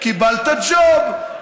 קיבלת ג'וב.